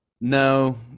No